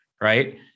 right